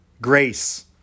grace